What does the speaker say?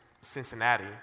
Cincinnati